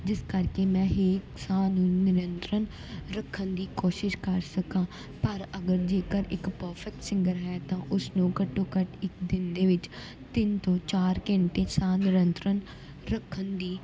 ਜਿਸ ਕਰਕੇ ਮੈਂ ਹੇਕ ਸਾਹ ਨੂੰ ਨਿਰੰਤਰਨ ਰੱਖਣ ਦੀ ਕੋਸ਼ਿਸ਼ ਕਰ ਸਕਾਂ ਪਰ ਅਗਰ ਜੇਕਰ ਇੱਕ ਪਰਫੈਕਟ ਸਿੰਗਰ ਹੈ ਤਾਂ ਉਸਨੂੰ ਘੱਟੋ ਘੱਟ ਇੱਕ ਦਿਨ ਦੇ ਵਿੱਚ ਤਿੰਨ ਤੋਂ ਚਾਰ ਘੰਟੇ ਸਾਹ ਨਿਰੰਤਰਨ ਰੱਖਣ ਦੀ